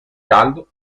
caldo